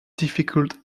difficult